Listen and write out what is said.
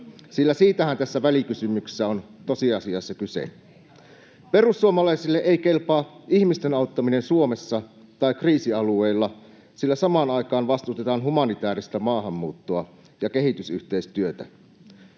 sillä siitähän tässä välikysymyksessä on tosiasiassa kyse. [Leena Meri: Eihän ole!] Perussuomalaisille ei kelpaa ihmisten auttaminen Suomessa tai kriisialueilla, sillä samaan aikaan vastustetaan humanitääristä maahanmuuttoa ja kehitysyhteistyötä.